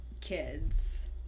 kids